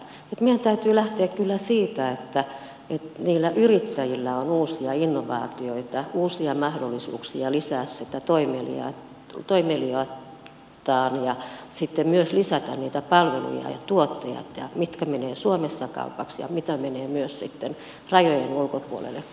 meidän täytyy lähteä kyllä siitä että niillä yrittäjillä on uusia innovaatioita uusia mahdollisuuksia lisätä sitä toimeliaisuuttaan ja sitten myös lisätä niitä palveluja ja tuotteita mitkä menevät suomessa kaupaksi ja mitkä menevät myös sitten rajojen ulkopuolelle kaupaksi